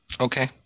Okay